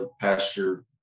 pasture